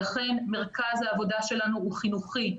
לכן מרכז העבודה שלנו הוא חינוכי.